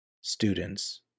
students